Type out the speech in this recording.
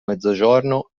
mezzogiorno